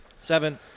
Seven